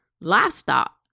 livestock